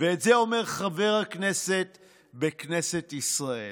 את זה אומר חבר הכנסת בכנסת ישראל.